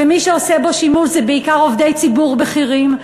ומי שעושה בו שימוש זה בעיקר עובדי ציבור בכירים.